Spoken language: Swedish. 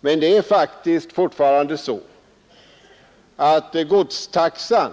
Men det är faktiskt fortfarande så att godstaxan